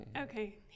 Okay